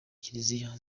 kiliziya